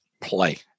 play